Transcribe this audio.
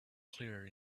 clear